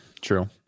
true